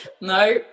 No